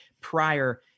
prior